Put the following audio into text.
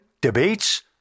debates